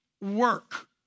work